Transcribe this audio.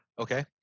Okay